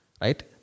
right